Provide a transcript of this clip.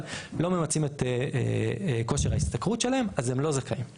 אבל לא הם לא ממצים את כושר ההשתכרות שלהם אז הם לא זכאים.